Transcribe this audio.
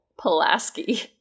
Pulaski